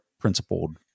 principled